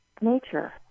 nature